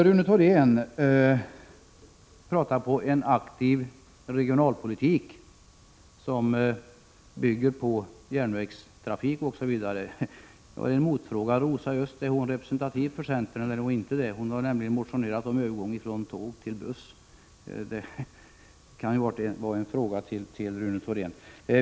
Rune Thorén talar om en aktiv regionalpolitik som bygger på järnvägstrafik osv. Jag har en motfråga. Är Rosa Östh representativ för centern? Det är hon noginte. Hon har nämligen motionerat om övergång från tåg till buss.